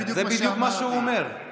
זה בדיוק מה שאמרתי,